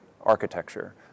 architecture